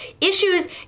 Issues